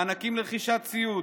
מענקים לרכישת ציוד,